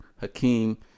Hakeem